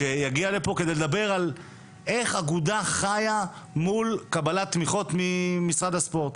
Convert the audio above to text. שיגיע לפה לדבר על איך אגודה חיה מול קבלת תמיכות ממשרד הספורט.